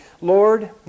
Lord